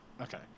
okay